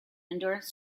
endurance